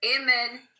Amen